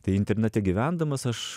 tai internate gyvendamas aš